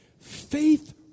Faith